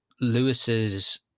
Lewis's